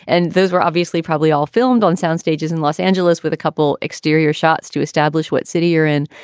and those were obviously probably all filmed on soundstages in los angeles with a couple exterior shots to establish what city you're in.